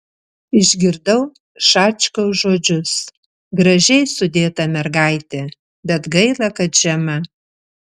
išgirdau šačkaus žodžius gražiai sudėta mergaitė bet gaila kad žema